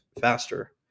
faster